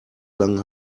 lang